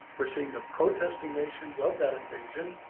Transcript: we're seeing the protesting nations of that invasion,